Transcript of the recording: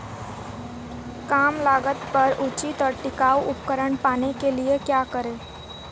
कम लागत पर उचित और टिकाऊ उपकरण पाने के लिए क्या करें?